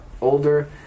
older